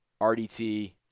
RDT